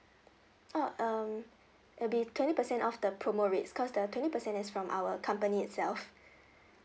oh um it'll be twenty percent off the promo rates because the twenty percent is from our company itself